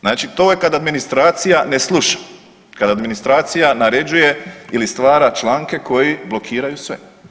Znači to je kad administracija ne sluša, kada administracija naređuje ili stvara članke koji blokiraju sve.